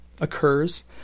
occurs